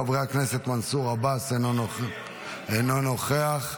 חבר הכנסת מנסור עבאס, אינו נוכח,